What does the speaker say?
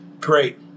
Great